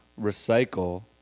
Recycle